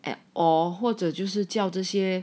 and or 或者就是教这些